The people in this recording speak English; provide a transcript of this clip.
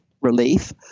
relief